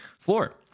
floor